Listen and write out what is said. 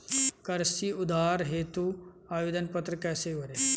कृषि उधार हेतु आवेदन पत्र कैसे भरें?